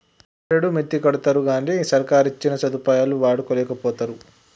బారెడు మిత్తికడ్తరుగని సర్కారిచ్చిన సదుపాయాలు వాడుకోలేకపోతరు